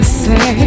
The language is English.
say